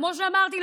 כמו שאמרתי,